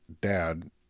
dad